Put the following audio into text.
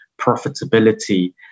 profitability